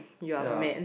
ya